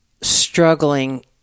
struggling